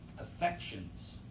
Affections